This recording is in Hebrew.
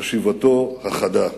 וחשיבתו החדה.